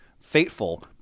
fateful